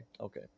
okay